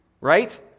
Right